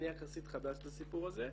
אני יחסית חדש לסיפור הזה,